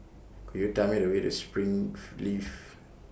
Could YOU Tell Me The Way to Springleaf